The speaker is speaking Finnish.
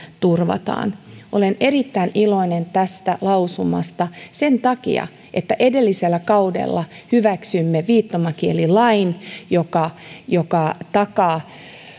turvataan olen erittäin iloinen tästä lausumasta sen takia että edellisellä kaudella hyväksyimme viittomakielilain joka joka takaa